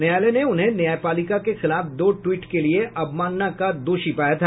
न्यायालय ने उन्हें न्यायपालिका के खिलाफ दो ट्वीट के लिए अवमानना का दोषी पाया था